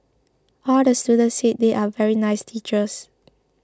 all the students said they are very nice teachers